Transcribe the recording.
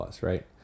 right